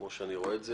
כמו שאני רואה את זה.